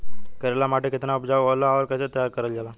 करेली माटी कितना उपजाऊ होला और कैसे तैयार करल जाला?